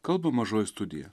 kalba mažoji studija